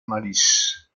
malice